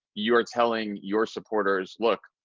you're telling your supporters, look,